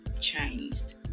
changed